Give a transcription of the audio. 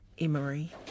Emery